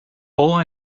all